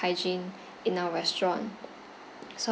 hygiene in our restaurant so